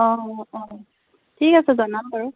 অঁ অঁ ঠিক আছে জনাম বাৰু